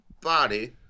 body